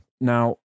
Now